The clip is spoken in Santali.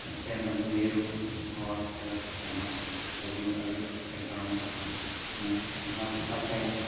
ᱥᱮ ᱚᱱᱟ ᱵᱤᱨ ᱦᱚᱨᱛᱮ ᱥᱮᱱᱚᱜ ᱞᱟᱹᱜᱤᱫ ᱟᱹᱰᱤ ᱮᱴᱠᱮᱴᱚᱬᱮ ᱚᱱᱟ ᱞᱮᱠᱟᱛᱮ